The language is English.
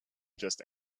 just